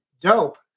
dope